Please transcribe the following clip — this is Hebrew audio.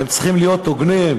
הם צריכים להיות הוגנים.